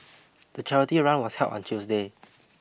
the charity run was held on Tuesday